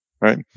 right